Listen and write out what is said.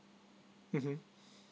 mm